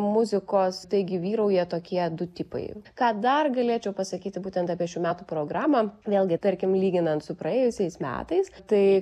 muzikos taigi vyrauja tokie du tipai ką dar galėčiau pasakyti būtent apie šių metų programą vėlgi tarkim lyginant su praėjusiais metais tai